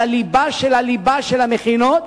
על הליבה של הליבה של המכינות.